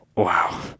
wow